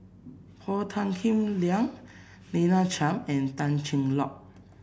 Paul Tan Kim Liang Lina Chiam and Tan Cheng Lock